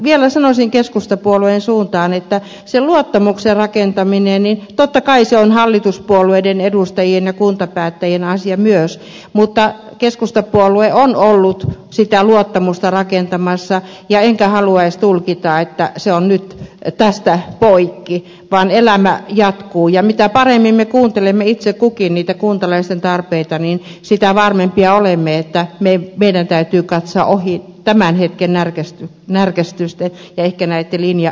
vielä sanoisin keskustapuolueen suuntaan että sen luottamuksen rakentaminen totta kai se on hallituspuolueiden edustajien ja kuntapäättäjien asia myös mutta keskustapuolue on ollut sitä luottamusta rakentamassa enkä haluaisi tulkita että se on nyt tästä poikki vaan elämä jatkuu ja mitä paremmin me kuuntelemme itse kukin niitä kuntalaisten tarpeita niin sitä varmempia olemme että meidän täytyy katsoa ohi tämän hetken närkästysten ja ehkä näitten linjariitojen